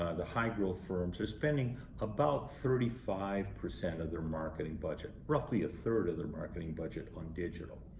ah the high-growth firms are spending about thirty five percent of their marketing budget, roughly a third of their marketing budget, on digital.